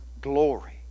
glory